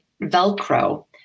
Velcro